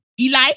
Eli